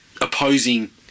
opposing